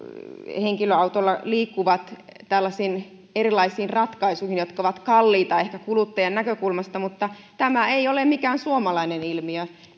henkilöautoilla liikkuvat tällaisiin erilaisiin ratkaisuihin jotka ovat ehkä kalliita kuluttajan näkökulmasta mutta tämä ei ole mikään suomalainen ilmiö